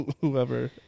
whoever